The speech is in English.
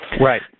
Right